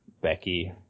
Becky